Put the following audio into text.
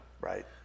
Right